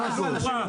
זה הכול.